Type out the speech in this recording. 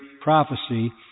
prophecy